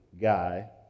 guy